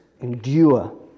endure